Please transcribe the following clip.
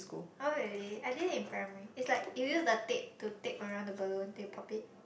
oh really I did it in primary it's like you use the tape to tape around the balloon then you pop it